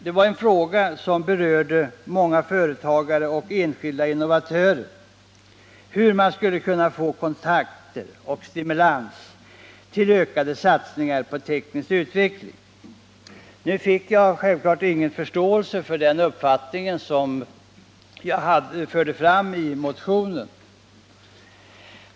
Det var en sak som berörde många företagare och enskilda innovatörer — hur man skulle kunna få den kontakt som stimulerar till ökade satsningar på teknisk utveckling. Jag fick självklart ingen förståelse för den uppfattning som jag förde fram motionsledes.